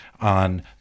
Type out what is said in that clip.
on